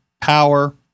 power